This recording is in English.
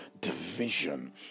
division